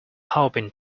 hoping